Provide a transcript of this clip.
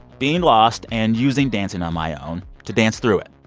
being lost and using dancing on my own to dance through it.